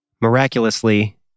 Miraculously